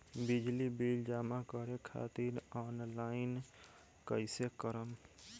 बिजली बिल जमा करे खातिर आनलाइन कइसे करम?